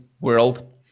world